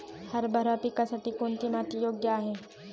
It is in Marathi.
हरभरा पिकासाठी कोणती माती योग्य आहे?